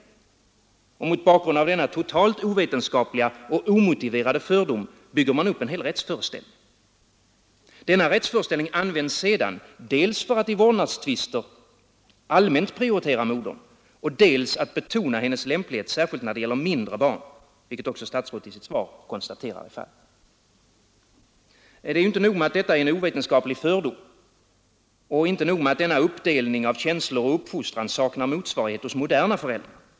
Och mot bakgrund av denna totalt ovetenskapliga och omotiverade fördom byggs en hel rättsföreställning upp. Denna rättsföreställning används sedan dels för att i vårdnadstvister allmänt prioritera modern, dels för att betona hennes lämplighet särskilt när det gäller mindre barn, vilket också statsrådet i sitt svar konstaterar är fallet. Inte nog med att detta är en ovetenskaplig fördom. Och inte nog med att denna uppdelning av känslor och uppfostran saknar motsvarighet hos moderna föräldrar.